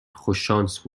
خوششانس